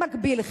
במקביל,